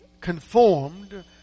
conformed